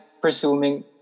presuming